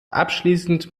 abschließend